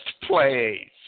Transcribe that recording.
place